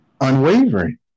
unwavering